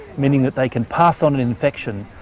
meaning that they can pass on an infection,